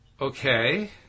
Okay